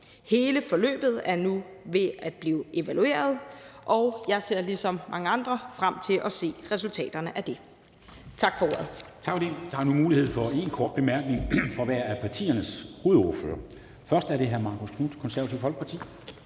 Hele forløbet er nu ved at blive evalueret, og jeg ser ligesom mange andre frem til at se resultaterne af det.